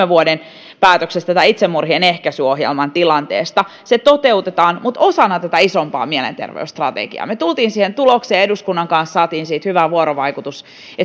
vuoden päätöksestä tästä itsemurhien ehkäisyn ohjelman tilanteesta se toteutetaan mutta osana isompaa mielenterveysstrategiaa me tulimme siihen tulokseen eduskunnan kanssa saimme siinä hyvän vuorovaikutuksen että